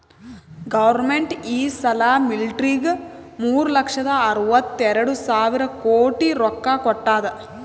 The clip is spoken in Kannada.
ಗೌರ್ಮೆಂಟ್ ಈ ಸಲಾ ಮಿಲ್ಟ್ರಿಗ್ ಮೂರು ಲಕ್ಷದ ಅರ್ವತ ಎರಡು ಸಾವಿರ ಕೋಟಿ ರೊಕ್ಕಾ ಕೊಟ್ಟಾದ್